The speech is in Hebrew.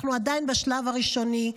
אנחנו עדיין בשלבים הראשונים.